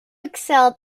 excelled